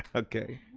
okay.